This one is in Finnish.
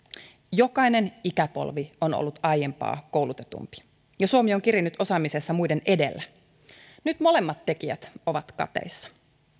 jokainen ikäpolvi on ollut aiempaa koulutetumpi ja suomi on kirinyt osaamisessa muiden edellä nyt molemmat tekijät ovat kateissa